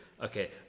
okay